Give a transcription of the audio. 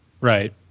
Right